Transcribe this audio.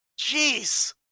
Jeez